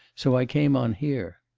so i came on here